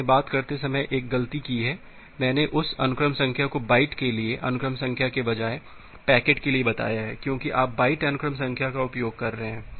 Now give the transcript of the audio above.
मैंने बात करते समय एक गलती की है मैंने उस अनुक्रम संख्या को बाइट के लिए अनुक्रम संख्या के बजाय पैकेट के लिए बताया है क्योंकि आप बाइट अनुक्रम संख्या का उपयोग कर रहे हैं